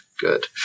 good